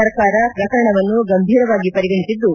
ಸರ್ಕಾರ ಪ್ರಕರಣವನ್ನು ಗಂಭೀರವಾಗಿ ಪರಿಗಣಿಸಿದ್ದು